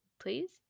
please